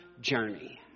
journey